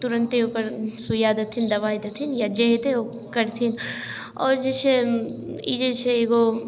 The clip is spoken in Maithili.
तुरन्ते ओकर सुइआ देथिन दवाइ देथिन या जे हेतै ओ करथिन आओर जे छै ई जे छै एगो